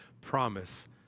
promise